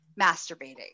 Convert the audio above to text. masturbating